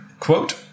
Quote